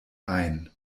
ein